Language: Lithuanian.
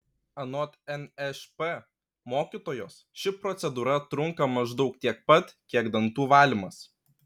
anot nšp mokytojos ši procedūra trunka maždaug tiek pat kiek dantų valymas